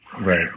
Right